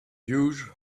huge